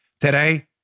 Today